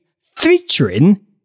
featuring